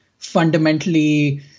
fundamentally